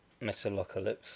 Metalocalypse